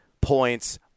points